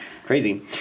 Crazy